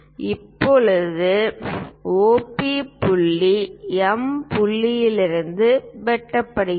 இப்போது OP புள்ளி M புள்ளியில் வெட்டுகிறது